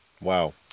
Wow